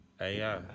AI